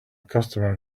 customer